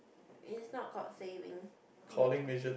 it is not called saving major